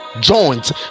joint